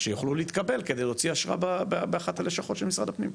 שיוכלו להתקבל כדי להוציא אשרה באחת הלשכות של משרד הפנים.